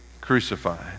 crucified